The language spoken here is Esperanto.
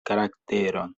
karakteron